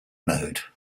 mode